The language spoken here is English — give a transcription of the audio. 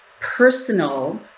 personal